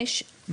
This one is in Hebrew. כל